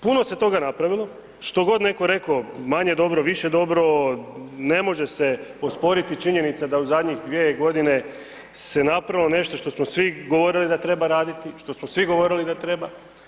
Puno se toga napravilo, što god netko rekao, manje dobro, više dobro, ne može se osporiti činjenica da u zadnjih 2 godine se napravilo nešto što smo svi govorili da treba raditi, što smo svi govorili da treba.